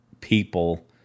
people